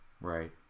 right